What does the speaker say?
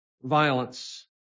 violence